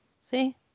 see